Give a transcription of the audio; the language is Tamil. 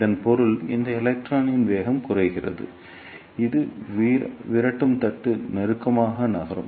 இதன் பொருள் இந்த எலக்ட்ரானின் வேகம் குறைகிறது இது விரட்டு தட்டுக்கு நெருக்கமாக நகரும்